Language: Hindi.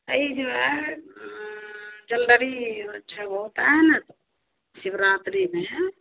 अई जो है जंदरी होता है न शिवरात्रि में